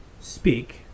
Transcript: speak